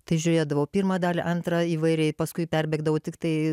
tai žiūrėdavau pirmą dalį antrą įvairiai paskui perbėgdavau tiktai